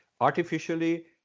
Artificially